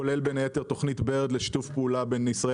כולל בין היתר תוכנית לשיתוף פעולה בין ישראל